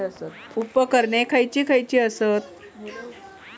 उपकरणे खैयची खैयची आसत?